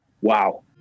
wow